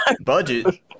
Budget